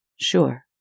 Sure